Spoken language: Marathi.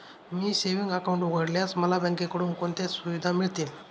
मी सेविंग्स अकाउंट उघडल्यास मला बँकेकडून कोणत्या सुविधा मिळतील?